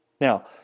Now